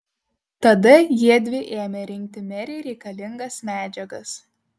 tada jiedvi ėmė rinkti merei reikalingas medžiagas